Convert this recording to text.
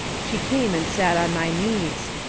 she came and sat on my knees.